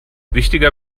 wichtiger